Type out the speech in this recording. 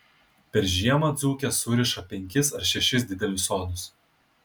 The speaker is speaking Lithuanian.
per žiemą dzūkės suriša penkis ar šešis didelius sodus